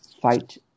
fight